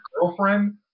girlfriend